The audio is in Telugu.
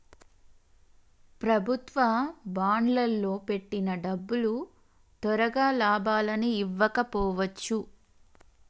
ప్రభుత్వ బాండ్లల్లో పెట్టిన డబ్బులు తొరగా లాభాలని ఇవ్వకపోవచ్చు